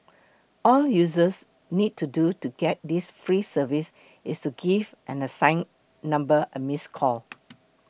all users need to do to get this free service is to give an assign number a miss call